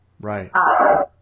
Right